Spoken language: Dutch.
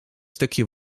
stukje